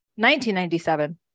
1997